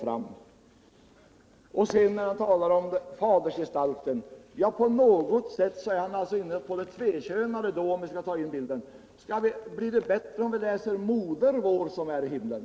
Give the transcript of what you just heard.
När Jörn Svensson talar om fadersgestalten är han på något sätt inne på det tvekönade, om jag får använda den bilden. Blir det bättre om vi läser: ”Moder vår, som är i himmelen”?